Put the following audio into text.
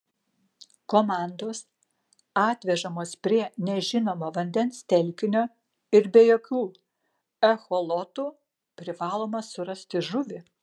komandos atvežamos prie nežinomo vandens telkinio ir be jokių echolotų privaloma surasti žuvį